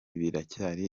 biracyari